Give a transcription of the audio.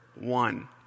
One